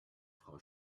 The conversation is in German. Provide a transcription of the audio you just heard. frau